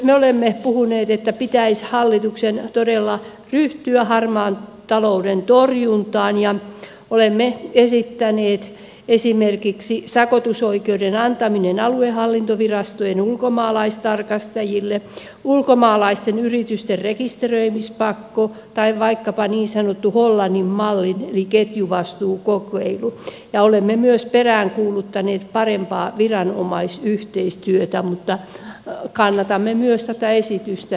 me olemme puhuneet myös että pitäisi hallituksen todella ryhtyä harmaan talouden torjuntaan ja olemme esittäneet esimerkiksi sakotusoikeuden antamista aluehallintovirastojen ulkomaalaistarkastajille ulkomaalaisten yritysten rekisteröimispakkoa tai vaikkapa niin sanottua hollannin mallia eli ketjuvastuukokeilua ja olemme myös peräänkuuluttaneet parempaa viranomaisyhteistyötä mutta kannatamme myös tätä esitystä